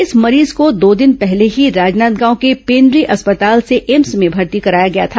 इस मरीज को दो दिन पहले ही राजनांदगांव के पेण्ड्री अस्पताल से एम्स में भर्ती कराया गया था